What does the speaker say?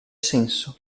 senso